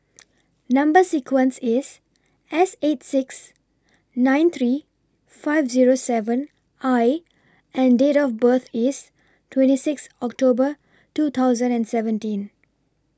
Number sequence IS S eight six nine three five Zero seven I and Date of birth IS twenty six October two thousand and seventeen